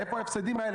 איפה ההפסדים האלה?